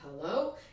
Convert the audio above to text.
hello